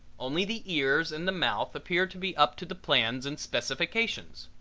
only the ears and the mouth appear to be up to the plans and specifications.